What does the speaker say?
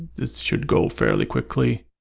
this should go fairly quickly.